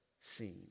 seen